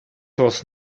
was